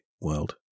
world